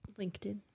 LinkedIn